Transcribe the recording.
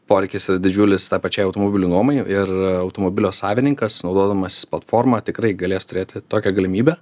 poreikis yra didžiulis tai pačiai automobilių nuomai ir automobilio savininkas naudodamasis platforma tikrai galės turėti tokią galimybę